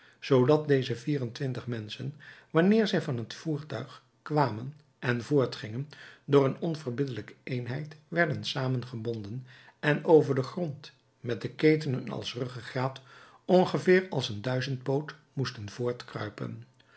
zoodat deze vier-en-twintig menschen wanneer zij van het voertuig kwamen en voortgingen door een onverbiddelijke eenheid werden samengebonden en over den grond met de keten als ruggegraat ongeveer als een duizendpoot moesten voortkruipen